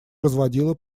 разводила